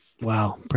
wow